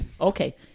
Okay